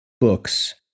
books